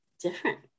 different